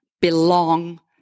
belong